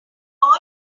all